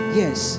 yes